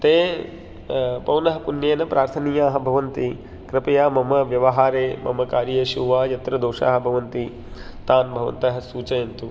ते पौनः पुन्येन प्रार्थनीयाः भवन्ति कृपया मम व्यवहारे मम कार्येषु वा यत्र दोषाः भवन्ति तान् भवन्तः सूचयन्तु